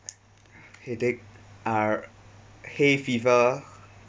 headache err hay fever